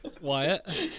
Wyatt